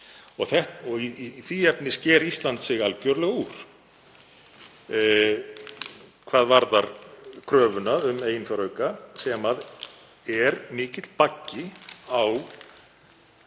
því efni sker Ísland sig algjörlega úr hvað varðar kröfuna um eiginfjárauka, sem er mikill baggi á